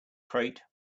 crate